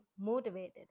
motivated